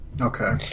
Okay